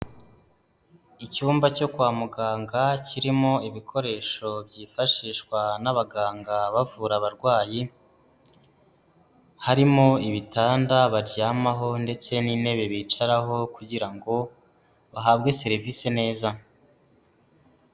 Icyumba cyo kwa muganga kirimo ibikoresho byifashishwa n'abaganga bavura abarwayi, harimo ibitanda baryamaho ndetse n'intebe bicaraho kugira ngo bahabwe serivisi neza.